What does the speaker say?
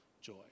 joy